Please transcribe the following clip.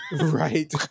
Right